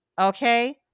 okay